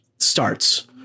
starts